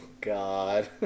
god